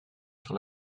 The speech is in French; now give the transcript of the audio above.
sur